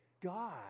God